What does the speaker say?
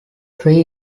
three